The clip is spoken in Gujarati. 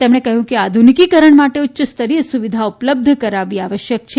તેમણે કહ્યું કે આધુનિકીકરણ માટે ઉચ્યસ્તરીય સુવિધા ઉપલબ્ધ કરાવવી આવશ્યક છે